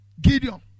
Gideon